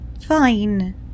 fine